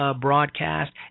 broadcast